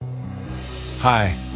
Hi